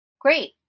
Great